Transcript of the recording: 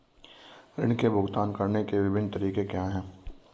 ऋृण के भुगतान करने के विभिन्न तरीके क्या हैं?